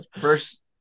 first